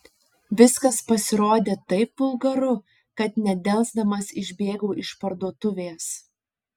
viskas pasirodė taip vulgaru kad nedelsdamas išbėgau iš parduotuvės